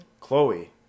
Chloe